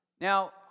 Now